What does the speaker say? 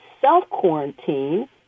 self-quarantine